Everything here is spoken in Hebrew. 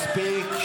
מספיק.